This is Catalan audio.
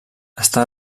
està